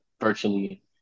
virtually –